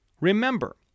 Remember